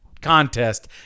contest